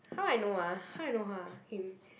how I know ah how I know !huh! him